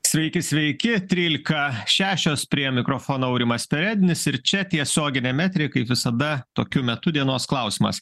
sveiki sveiki trylika šešios prie mikrofono aurimas perednis ir čia tiesioginiam etery kaip visada tokiu metu dienos klausimas